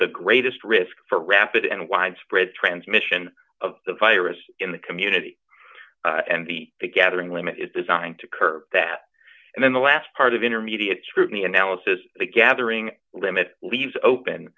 the greatest risk for rapid and widespread transmission of the virus in the community and the gathering limit is designed to curb that and then the last part of intermediate scrutiny analysis the gathering limits leaves open